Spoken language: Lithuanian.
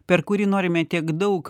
per kurį norime tiek daug